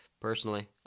personally